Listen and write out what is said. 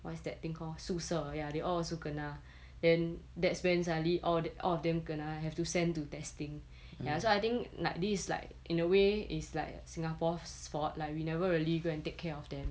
what's that thing called 宿舍 ya they all also kena then that's when suddenly all all of them kena have to send to testing ya so I think like this is like in a way it's like singapore's fault like we never really go and take care of them